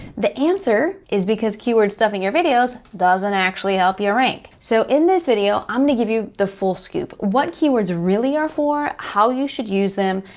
the answer is because keyword stuffing your videos doesn't actually help you rank. so in this video, i'm gonna give you the full scoop, what keywords really are for, how you should use them,